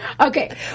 Okay